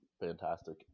Fantastic